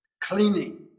Cleaning